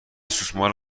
سوسمار